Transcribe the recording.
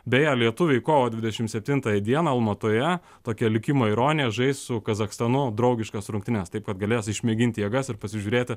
beje lietuviai kovo dvidešim septintąją dieną almatoje tokia likimo ironija žais su kazachstanu draugiškas rungtynes taip pat galės išmėginti jėgas ir pasižiūrėti